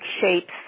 shapes